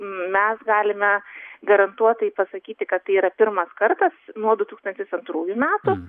mes galime garantuotai pasakyti kad tai yra pirmas kartas nuo du tūkstantis antrųjų metų